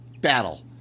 battle